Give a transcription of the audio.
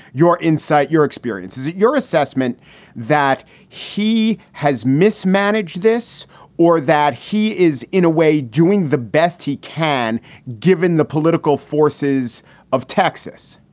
your insight, your experience, is it your assessment that he has mismanaged this or that he is in a way doing the best he can given the political forces of texas?